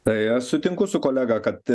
tai aš sutinku su kolega kad